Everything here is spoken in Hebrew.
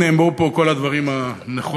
נאמרו פה כל הדברים הנכונים,